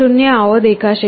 0 આવો દેખાશે